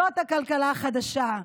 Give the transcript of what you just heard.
זאת הכלכלה החדשה,